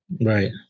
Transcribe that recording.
Right